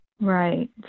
Right